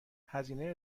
هزینه